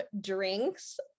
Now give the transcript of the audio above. drinks